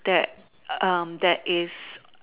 that um that is